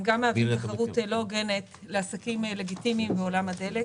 הם גם מהווים תחרות לא הוגנת לעסקים לגיטימיים בעולם הדלק.